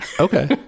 okay